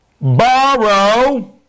borrow